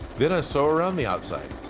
then i sew around the outside.